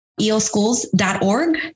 eoschools.org